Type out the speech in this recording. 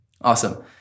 Awesome